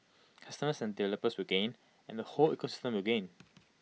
consumers and developers will gain and the whole ecosystem will gain